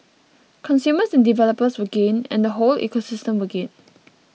consumers and developers will gain and whole ecosystem will gain